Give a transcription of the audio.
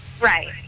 Right